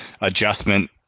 adjustment